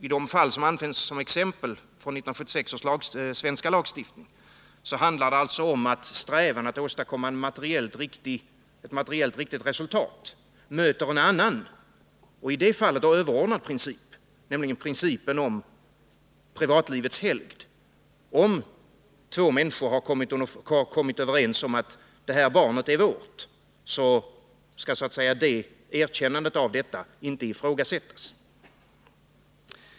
I det fall som anförs som exempel från 1976 års svenska lagstiftning möter strävan att åstadkomma ett materiellt riktigt resultat en annan, och i detta fall överordnad, princip, nämligen principen om privatlivets helgd. Om två människor har kommit överens om att barnet är deras, skall erkännandet av barnet inte ifrågasättas.